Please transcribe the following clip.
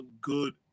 good